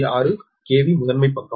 6 KV முதன்மை பக்கம்